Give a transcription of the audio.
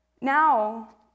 now